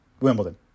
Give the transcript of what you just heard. Wimbledon